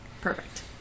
Perfect